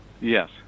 Yes